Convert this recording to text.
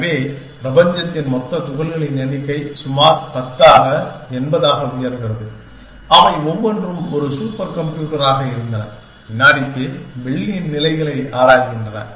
எனவே பிரபஞ்சத்தின் மொத்த துகள்களின் எண்ணிக்கை சுமார் 10 ஆக 80 ஆக உயர்கிறது அவை ஒவ்வொன்றும் ஒரு சூப்பர் கம்ப்யூட்டராக இருந்தன வினாடிக்கு பில்லியன் நிலைகளை ஆராய்கின்றன